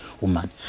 woman